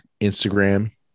Instagram